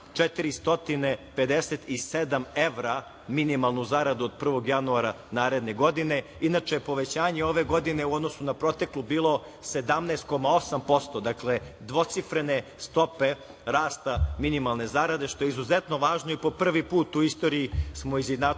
457 evra minimalnu zaradu od 1. januara naredne godine. Inače, povećanje ove godine u odnosu na proteklu je bilo 17,8%, dakle, dvocifrene stope rasta minimalne zarade, što je izuzetno važno i po prvi put u istoriji smo izjednačili